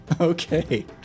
okay